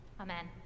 Amen